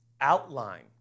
outline